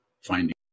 finding